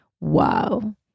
Wow